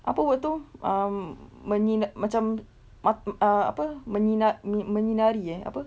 apa word itu um menyina~ macam mata~ um apa menyinar~ menyinari eh apa